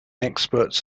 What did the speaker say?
experts